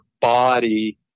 body